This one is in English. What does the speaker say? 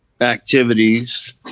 activities